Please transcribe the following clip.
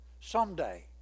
someday